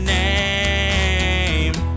name